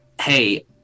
hey